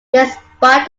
despite